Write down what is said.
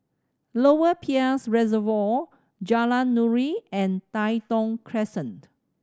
Lower Peirce Reservoir Jalan Nuri and Tai Thong Crescent